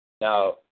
Now